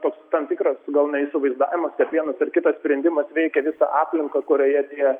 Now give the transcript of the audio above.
toks tam tikras gal neįsivaizdavimas kad vienas ar kitas sprendimas veikia visą aplinką kurioje tie